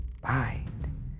bind